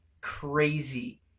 crazy